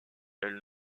elle